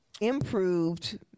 improved